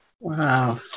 Wow